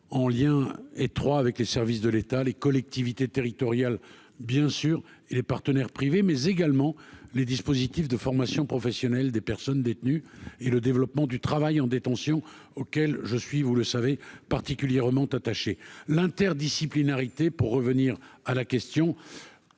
en lien étroit avec les services de l'État, les collectivités territoriales, bien sûr, et les partenaires privés mais également les dispositifs de formation professionnelle des personnes détenues et le développement du travail en détention, auquel je suis, vous le savez, particulièrement attaché l'interdisciplinarité, pour revenir à la question,